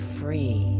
free